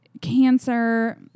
cancer